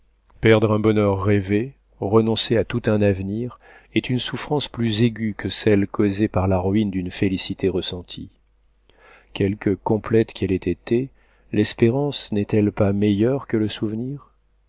perdre un bonheur rêvé renoncer à tout un avenir est une souffrance plus aiguë que celle causée par la ruine d'une félicité ressentie quelque complète qu'elle ait été l'espérance n'est-elle pas meilleure que le souvenir